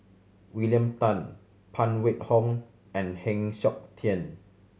William Tan Phan Wait Hong and Heng Siok Tian